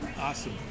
awesome